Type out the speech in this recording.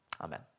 amen